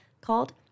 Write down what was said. called